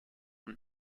und